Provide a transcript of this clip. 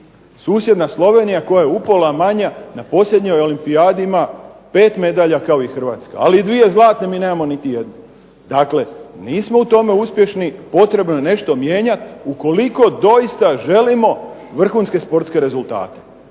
Susjedna Slovenija koja je upola manja na posljednjoj olimpijadi ima 5 medalja kao i Hrvatska, ali i dvije zlatne, mi nemamo niti jednu. Dakle nismo u tome uspješni, potrebno je nešto mijenjat ukoliko doista želimo vrhunske sportske rezultate.